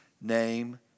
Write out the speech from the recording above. name